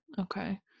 Okay